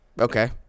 okay